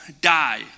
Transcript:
die